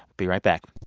be right back